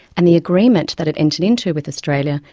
and the agreement that it entered into with australia,